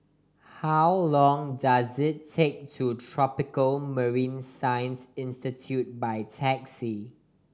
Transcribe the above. how long does it take to Tropical Marine Science Institute by taxi